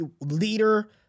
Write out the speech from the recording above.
leader